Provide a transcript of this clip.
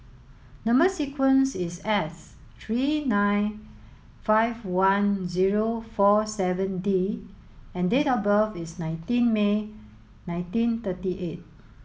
number sequence is S three eight five one zero four seven D and date of birth is nineteen May nineteen thirty eight